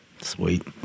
sweet